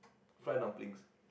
fried dumplings